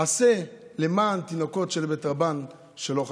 "עשה למען תינוקות של בית רבן שלא חטאו".